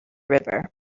river